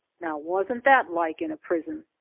now wasn't that like in a prison?